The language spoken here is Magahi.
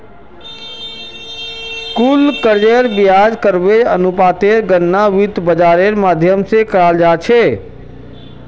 कुल कर्जेर ब्याज कवरेज अनुपातेर गणना वित्त बाजारेर माध्यम से कराल जा छे